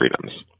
freedoms